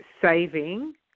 saving